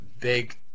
big